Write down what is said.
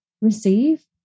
receive